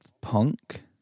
punk